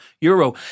euro